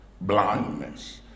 blindness